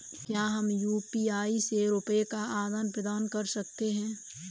क्या हम यू.पी.आई से रुपये का आदान प्रदान कर सकते हैं?